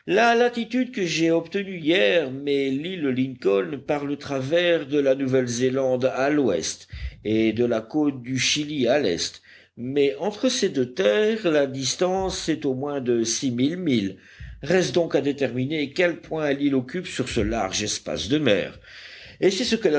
la latitude que j'ai obtenue hier met l'île lincoln par le travers de la nouvelle zélande à l'ouest et de la côte du chili à l'est mais entre ces deux terres la distance est au moins de six mille milles reste donc à déterminer quel point l'île occupe sur ce large espace de mer et c'est ce